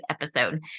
episode